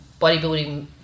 bodybuilding